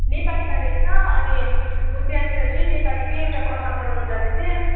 नेपालीमा रहेछ अनि म त्यहाँनिर चाहिँ नेपालीकै एउटा कथा पढाउन जाँदैथेँ